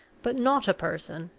but not a person,